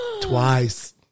Twice